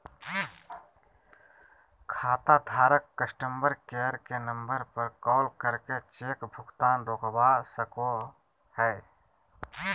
खाताधारक customer care के number पर कॉल करके चेक भुगतान रोकवा सको हय